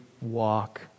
walk